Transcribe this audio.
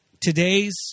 today's